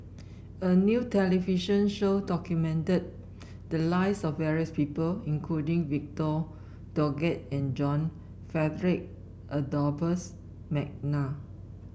a new television show documented the lives of various people including Victor Doggett and John Frederick Adolphus McNair